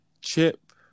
Chip